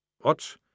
What